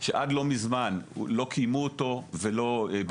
שעד לא מזמן לא קיימו אותו ולא ביצעו אותו.